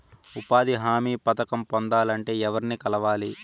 ఉపాధి హామీ పథకం పొందాలంటే ఎవర్ని కలవాలి?